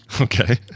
Okay